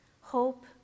hope